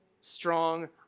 strong